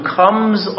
comes